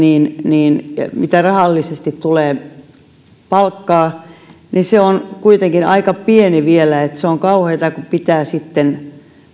siis mitä rahallisesti voi tulla palkkaa on kuitenkin aika pieni vielä niin se on kauheaa kun pitää sitten